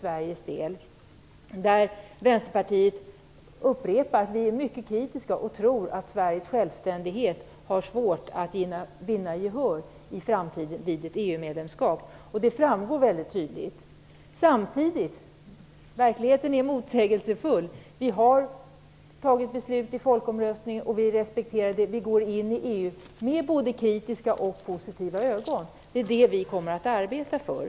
Vi i Vänsterpartiet är här mycket kritiska och tror att vi har svårt att i framtiden vinna gehör för Sveriges självständighet vid ett EU medlemskap. De framgår väldigt tydligt. Men verkligheten är motsägelsefull. Vi har fattat beslut genom folkomröstningen, och vi respekterar det. Vi går in i EU med både positiva och kritiska ögon. Detta är detta vi kommer att arbeta för.